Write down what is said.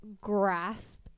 grasp